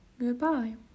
goodbye